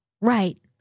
Right